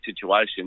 situation